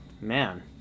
man